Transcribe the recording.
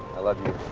i love you.